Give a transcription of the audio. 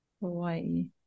Hawaii